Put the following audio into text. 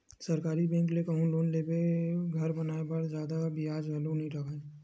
सरकारी बेंक ले कहूँ लोन लेबे घर बनाए बर त जादा बियाज घलो नइ राहय